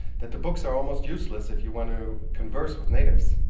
that the books are almost useless if you want to converse with natives.